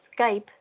skype